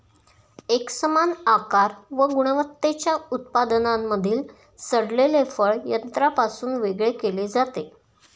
एकसमान आकार व गुणवत्तेच्या उत्पादनांमधील सडलेले फळ यंत्रापासून वेगळे केले जाते